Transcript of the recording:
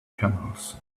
camels